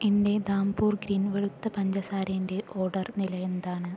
എന്റെ ധാംപൂർ ഗ്രീൻ വെളുത്ത പഞ്ചസാരേന്റെ ഓർഡർ നില എന്താണ്